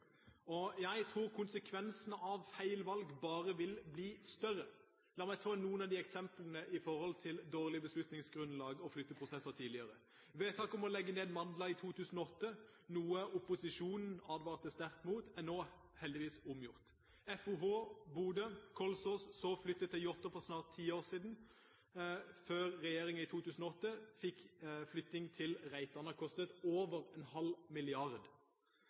og jeg tror konsekvensene av feil valg bare vil bli større. La meg ta noen eksempler på dårlig beslutningsgrunnlag og flytteprosesser tidligere: Vedtaket om å legge ned Madla i 2008, noe opposisjonen advarte sterkt imot, er nå heldigvis omgjort. FOH: Bodø–Kolsås og så flyttet til Jåttå for snart ti år siden, før regjeringen i 2008 fikk flytting til Reitan. Det kostet over en halv milliard